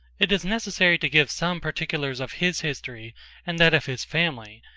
it is necessary to give some particulars of his history and that of his family,